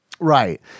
Right